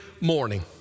morning